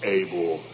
able